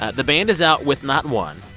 ah the band is out with not one,